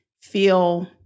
feel